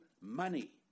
money